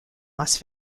las